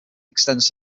extends